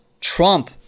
Trump